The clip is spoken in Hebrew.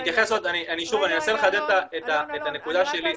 אנסה לחדד את הנקודה שלי.